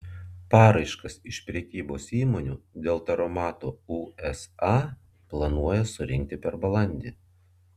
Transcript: paraiškas iš prekybos įmonių dėl taromatų usa planuoja surinkti per balandį